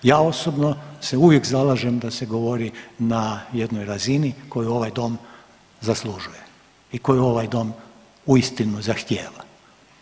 Ja osobno se uvijek zalažem da se govori na jednoj razini koju ovaj dom zaslužuje i koji ovaj dom uistinu zahtijeva.